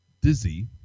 Dizzy